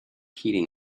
heating